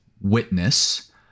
witness